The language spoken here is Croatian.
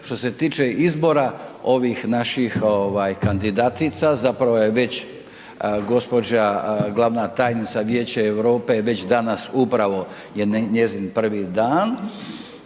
što se tiče izbora ovih naših ovaj kandidatica zapravo je već gospođa glavna tajnica Vijeća Europe već danas upravo je njezin prvi dan,